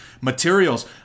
materials